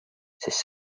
sest